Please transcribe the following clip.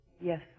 Yes